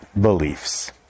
beliefs